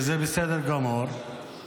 וזה בסדר גמור,